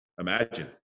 imagine